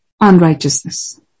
unrighteousness